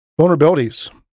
Vulnerabilities